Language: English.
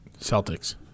Celtics